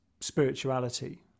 spirituality